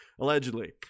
Allegedly